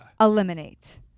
eliminate